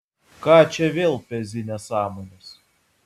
ką čia vėl pezi nesąmones